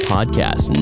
Podcast